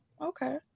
Okay